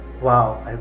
wow